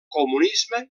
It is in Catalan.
comunisme